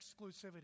exclusivity